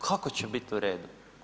Kako će bit u redu?